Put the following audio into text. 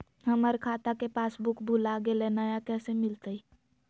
हमर खाता के पासबुक भुला गेलई, नया कैसे मिलतई?